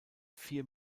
vier